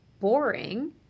boring